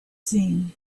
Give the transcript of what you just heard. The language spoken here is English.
seen